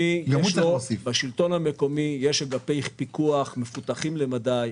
לשלטון המקומי יש אגפי פיקוח מפותחים למדי.